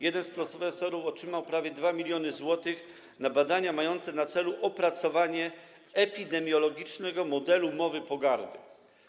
Jeden z profesorów otrzymał prawie 2 mln zł na badania mające na celu opracowanie epidemiologicznego modelu mowy pogardy.